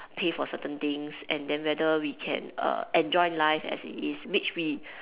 pay for certain things and then whether we can uh enjoy life as it is which we